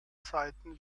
zeiten